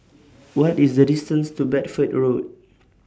What IS The distance to Bedford Road